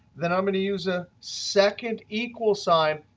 then i'm going to use a second equals sign,